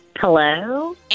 Hello